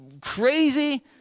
crazy